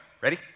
ready